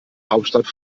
hauptstadt